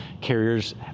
carriers